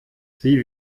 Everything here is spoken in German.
sie